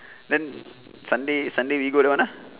then sunday sunday we go down lah